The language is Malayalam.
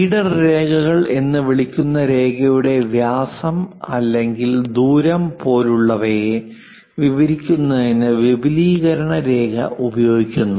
ലീഡർ രേഖകൾ എന്ന് വിളിക്കുന്ന രേഖയുടെ വ്യാസം അല്ലെങ്കിൽ ദൂരം പോലുള്ളവയെ വിവരിക്കുന്നതിനു വിപുലീകരണ രേഖ ഉപഗോഗിക്കുന്നു